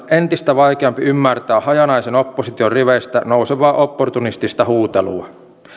entistä vaikeampi ymmärtää hajanaisen opposition riveistä nousevaa opportunistista huutelua